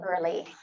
early